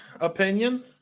opinion